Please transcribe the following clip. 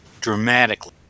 dramatically